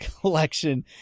collection